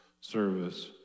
service